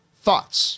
thoughts